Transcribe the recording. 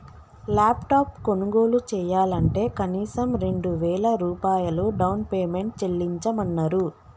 laptop కొనుగోలు చెయ్యాలంటే కనీసం రెండు వేల రూపాయలు డౌన్ పేమెంట్ చెల్లించమన్నరు